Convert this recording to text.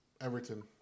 Everton